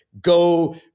go